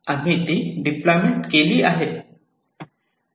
आम्ही ती डिप्लॉयमेंट केली आहे